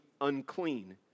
unclean